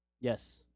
Yes